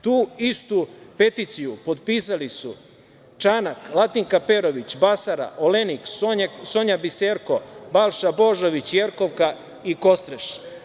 Tu istu peticiju potpisali su: Čanak, Latinka Perović, Basara, Olenik, Sonja Biserko, Balša Božović, Jerkov i Kostreš.